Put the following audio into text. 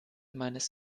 meines